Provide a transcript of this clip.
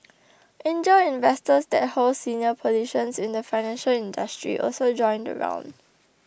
angel investors that hold senior positions in the financial industry also joined the round